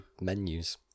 menus